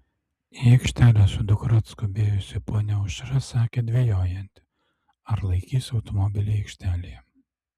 į aikštelę su dukra atskubėjusi ponia aušra sakė dvejojanti ar laikys automobilį aikštelėje